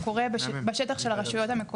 בשטח, המעבר הזה קורה בשטח של הרשויות המקומיות.